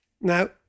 Now